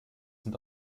sind